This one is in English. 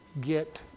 get